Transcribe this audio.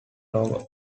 logo